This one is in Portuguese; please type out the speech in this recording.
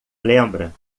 lembra